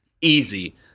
Easy